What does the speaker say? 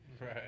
Right